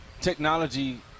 technology